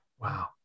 Wow